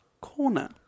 Corner